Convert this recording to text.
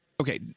okay